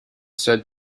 said